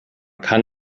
kann